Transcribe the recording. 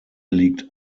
liegt